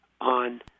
on